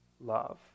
love